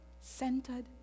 centered